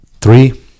three